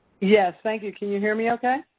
yes. thank you. can you hear me okay?